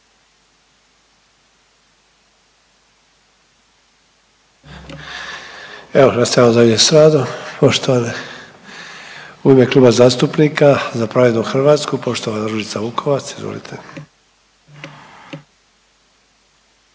Evo nastavljamo dalje sa radom. Poštovane u ime Kluba zastupnika Za pravednu Hrvatsku poštovana Ružica